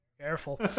Careful